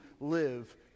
live